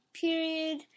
period